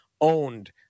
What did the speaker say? owned